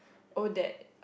oh that